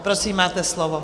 Prosím, máte slovo.